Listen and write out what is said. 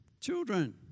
children